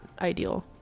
ideal